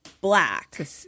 black